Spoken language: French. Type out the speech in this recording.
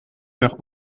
faire